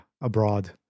abroad